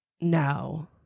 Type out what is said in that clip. No